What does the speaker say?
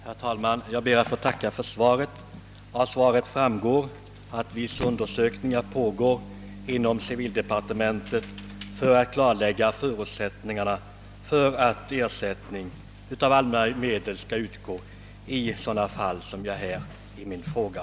Herr talman! Jag ber att få tacka justitieministern för svaret. Av detsamma framgår att vissa undersökningar pågår inom civildepartementet för att klarlägga förutsättningarna för att er sättning av allmänna medel skall utgå i sådana fall som jag berört i min fråga.